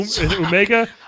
Omega